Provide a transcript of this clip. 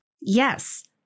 Yes